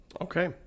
Okay